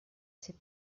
sais